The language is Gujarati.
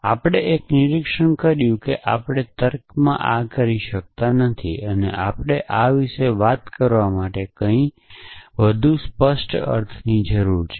આપણે એક નિરીક્ષણ કર્યું હતું કે આપણે તર્કમાં આ કરી શકતા નથી અને આપણે આ વિશે વાત કરવા માટેકંઈક વધુ સ્પષ્ટ અર્થની જરૂર છે